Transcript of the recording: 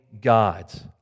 God's